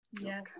Yes